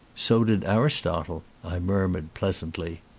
so did aristotle, i murmured pleasantly.